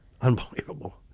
Unbelievable